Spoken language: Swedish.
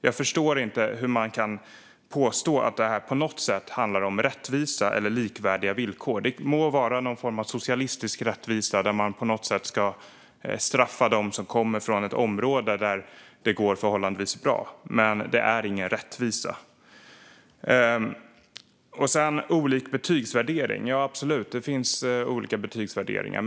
Jag förstår inte hur man kan påstå att detta på något sätt handlar om rättvisa eller likvärdiga villkor. Det må vara någon form av socialistisk rättvisa, där man på något sätt ska straffa dem som kommer från ett område där det går förhållandevis bra. Men det är ingen rättvisa. Det finns absolut olika betygsvärderingar.